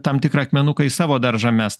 tam tikrą akmenuką į savo daržą mest